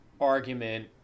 argument